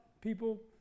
people